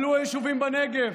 עלו ליישובים בנגב,